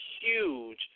huge